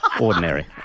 Ordinary